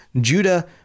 Judah